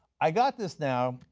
i've got this now.